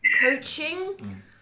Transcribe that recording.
coaching